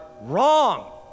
wrong